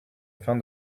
fin